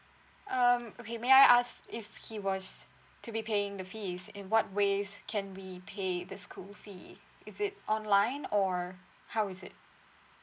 um okay may I ask if he was to be paying the fees in what ways can we pay the school fee is it online or how is it